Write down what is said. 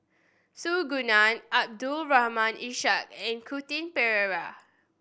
Su Guaning Abdul Rahim Ishak and Quentin Pereira